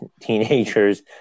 teenagers